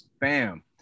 Bam